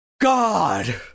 god